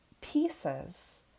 Pieces